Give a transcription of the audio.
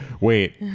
wait